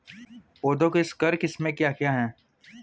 पौधों की संकर किस्में क्या क्या हैं?